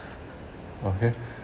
okay